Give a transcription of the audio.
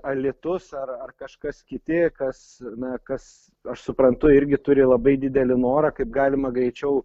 alytus ar ar kažkas kiti kas na kas aš suprantu irgi turi labai didelį norą kaip galima greičiau